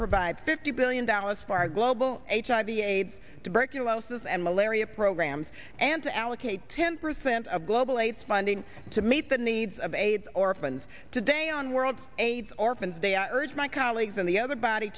provide fifty billion dollars for our global h i b aids tuberculosis and malaria programs and to allocate ten percent of global aids funding to meet the needs of aids orphans today on world aids orphans day i urge my colleagues in the other body